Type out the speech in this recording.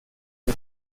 por